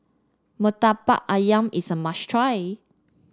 murtabak ayam is a must try